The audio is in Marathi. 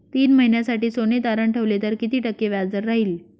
तीन महिन्यासाठी सोने तारण ठेवले तर किती टक्के व्याजदर राहिल?